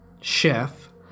chef